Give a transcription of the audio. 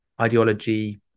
ideology